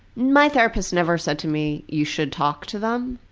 my therapist never said to me, you should talk to them.